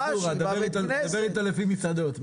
דבר איתו לפי מסעדות.